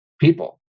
people